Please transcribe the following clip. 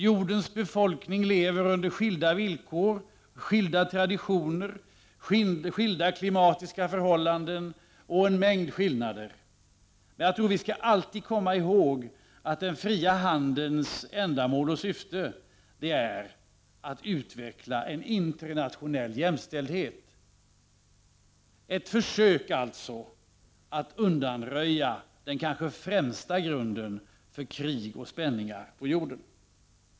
Jordens befolkning lever under skilda villkor, skilda traditioner, skilda klimatiska förhållanden och en mängd andra skillnader. Men jag tror att vi alltid skall komma ihåg att den fria handelns ändamål och syfte är att utveckla en internationell jämställdhet, alltså ett försök att undanröja den kanske främsta grunden för krig och spänningar på jorden.